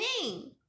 name